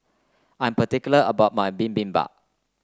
I'm particular about my Bibimbap